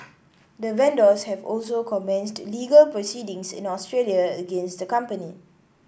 the vendors have also commenced legal proceedings in Australia against the company